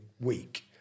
week